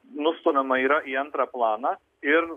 nustumiama yra į antrą planą ir